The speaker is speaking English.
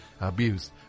abused